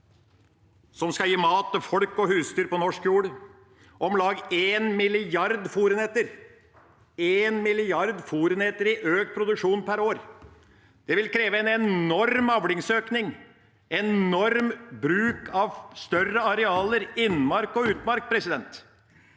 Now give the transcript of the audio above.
som skal gi mat til folk og husdyr på norsk jord, om lag en milliard fôrenheter i økt produksjon per år. Det vil kreve en enorm avlingsøkning, en enorm bruk av større arealer, innmark og utmark. Norge